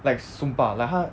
like sumpah like 他